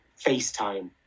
FaceTime